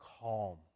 calm